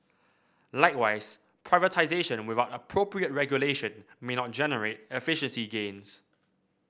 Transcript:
likewise privatisation without appropriate regulation may not generate efficiency gains